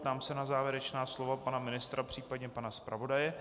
Ptám se na závěrečná slova pana ministra, případně pana zpravodaje.